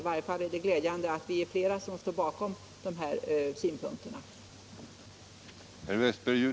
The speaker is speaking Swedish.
I varje fall är det glädjande att vi är flera som står bakom synpunkterna i den reservationen.